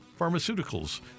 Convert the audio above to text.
pharmaceuticals